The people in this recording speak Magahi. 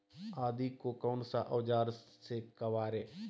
आदि को कौन सा औजार से काबरे?